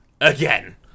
Again